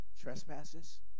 trespasses